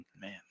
Man